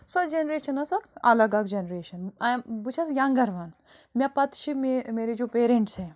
سۄ جنریشَن ٲس اَکھ الگ اَکھ جنریشَن آے ایم بہٕ چھیٚس یَنٛگر وَن مےٚ پتہٕ چھِ میرے جو پیریٚنٛٹٕس ہیں